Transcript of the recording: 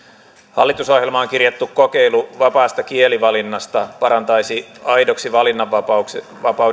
hallitusohjelmaan kirjattu kokeilu vapaasta kielivalinnasta parantaisi aidoksi valinnanvapaudeksi